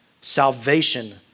Salvation